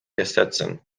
ersetzen